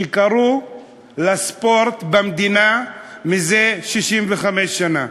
שקרו לספורט במדינה זה 65 שנה.